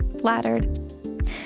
Flattered